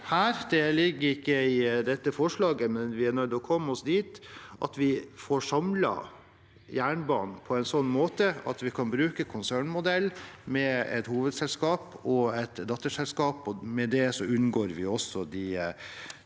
her ligger ikke i dette forslaget, men vi er nødt til å komme oss dit at vi får samlet jernbanen på en sånn måte at vi kan bruke konsernmodellen med et hovedselskap og et datterselskap. Med det unngår vi også de